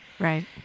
Right